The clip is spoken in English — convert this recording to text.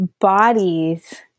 bodies